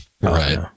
Right